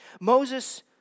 Moses